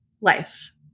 life